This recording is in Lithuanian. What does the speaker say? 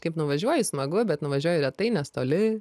kaip nuvažiuoji smagu bet nuvažiuoji retai nes toli